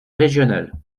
régionales